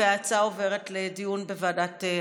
ההצעה עוברת לדיון בוועדת החוקה,